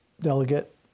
delegate